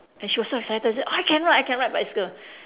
and she was so excited and say I can ride I can ride bicycle